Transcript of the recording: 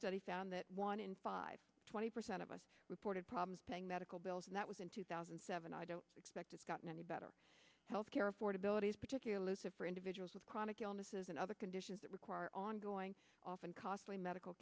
study found that one in five twenty percent of us reported problems paying medical bills and that was in two thousand and seven i don't expect it's gotten any better health care affordability is particulars of for individuals with chronic illnesses and other conditions that require ongoing often costly medical